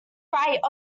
right